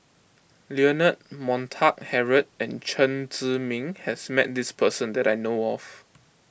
Leonard Montague Harrod and Chen Zhiming has met this person that I know of